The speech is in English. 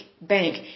bank